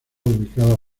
ubicada